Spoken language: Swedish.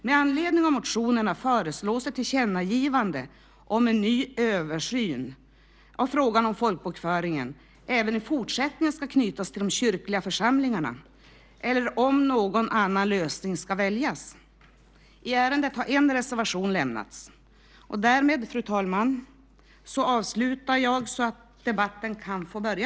Med anledning av motionerna föreslås ett tillkännagivande om en ny översyn av frågan om folkbokföringen även i fortsättningen ska knytas till de kyrkliga församlingarna eller om någon annan lösning ska väljas. I ärendet har en reservation lämnats. Därmed, fru talman, avslutar jag så att debatten kan få börja.